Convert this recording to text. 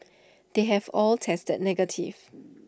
they have all tested negative